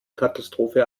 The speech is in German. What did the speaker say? katastrophe